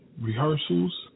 rehearsals